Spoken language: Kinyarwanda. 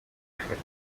gifatika